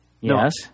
Yes